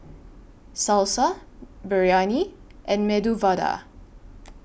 Salsa Biryani and Medu Vada